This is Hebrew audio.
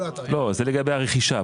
זה לגבי הרכישה.